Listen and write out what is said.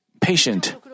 patient